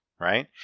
right